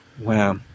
Wow